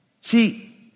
See